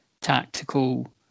tactical